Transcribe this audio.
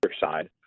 side